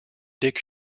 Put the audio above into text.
dick